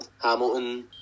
Hamilton